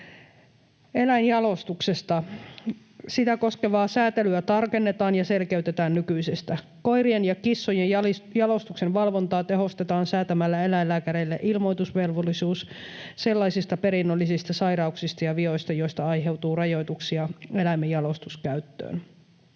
Eläinjalostuksesta: Sitä koskevaa säätelyä tarkennetaan ja selkeytetään nykyisestä. Koirien ja kissojen jalostuksen valvontaa tehostetaan säätämällä eläinlääkäreille ilmoitusvelvollisuus sellaisista perinnöllisistä sairauksista ja vioista, joista aiheutuu rajoituksia eläimen jalostuskäyttöön.